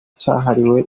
cyahariwe